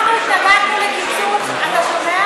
אנחנו התנגדנו לקיצוץ, אתה שומע?